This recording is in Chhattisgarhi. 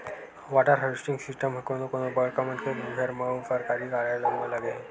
वाटर हारवेस्टिंग सिस्टम ह कोनो कोनो बड़का मनखे के घर म अउ सरकारी कारयालय म लगे हे